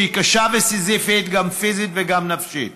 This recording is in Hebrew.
שהיא קשה וסיזיפית גם פיזית וגם נפשית,